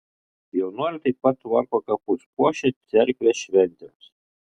jaunuoliai taip pat tvarko kapus puošia cerkvę šventėms